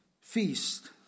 feast